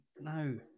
no